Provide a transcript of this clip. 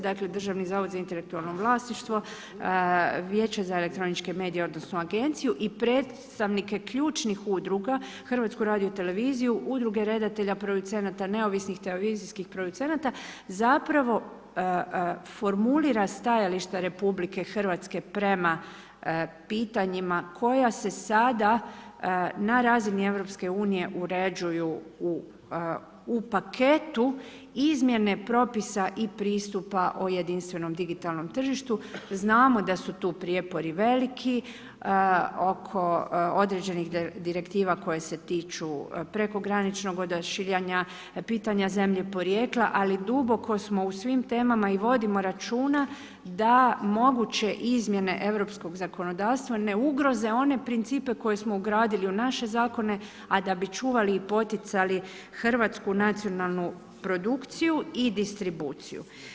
Dakle, državni zavod za intelektualno vlasništvo, vijeće za elektroničke medije, odnosno agenciju i predstavnike ključnih udruga, HRT, udruge redatelja, producenata, neovisnih televizijskih producenata, zapravo formulira stajališta RH prema pitanjima koja se sada na razini EU uređuju u paketu, izmjene propisa i pristupa o jedinstvenom digitalnom tržištu, znamo da su tu prijepori veliki oko određenih direktiva koje se tiču prekograničnog odašiljanja, pitanja zemlje porijekla, ali duboko smo u svim temama i vodimo računa da moguće izmjene europskog zakonodavstva ne ugroze one principe koje smo ugradili u naše zakone, a da bi čuvali i poticali hrvatsku nacionalnu produkciju i distribuciju.